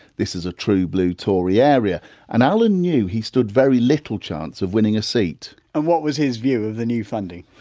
this is a true-blue tory area and allan knew he stood very little chance of winning a seat and what was his view of the new funding?